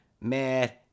mad